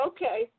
Okay